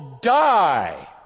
die